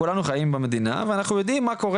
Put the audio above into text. כולנו חיים במדינה ואנחנו ויודעים מה קורה